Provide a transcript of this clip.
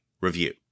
review